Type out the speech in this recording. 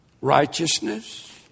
righteousness